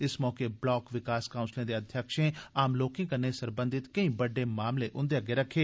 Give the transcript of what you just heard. इस मौके ब्लाक विकास काउंसलें दे अध्यक्षें आम लोकें कन्नै सरबंधत केईं बड्डे मामले उंदे अग्गे रक्खे